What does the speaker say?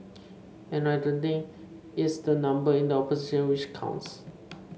and I don't think it's the number in the opposition which counts